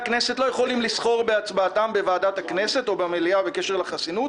יכולים לסחור בהצבעתם בוועדת הכנסת או במליאה בקשר לחסינות.